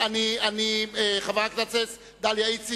חברת הכנסת דליה איציק.